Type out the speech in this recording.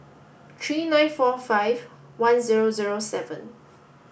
three nine four five one zero zero seven